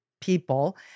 people